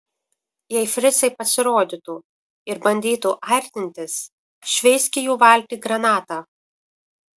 jei fricai pasirodytų ir bandytų artintis šveisk į jų valtį granatą